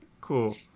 cool